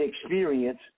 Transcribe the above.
experience